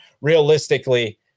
realistically